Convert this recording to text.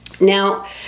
Now